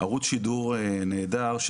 ערוץ שידור נהדר,